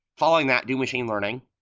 following that, do machine learning,